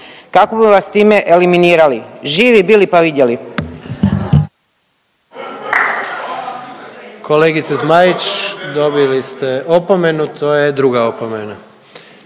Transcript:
kako bi vas time eliminirali, živi bili, pa vidjeli.